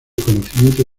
conocimiento